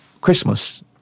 Christmas